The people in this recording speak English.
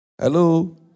Hello